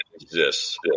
exists